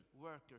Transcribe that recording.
workers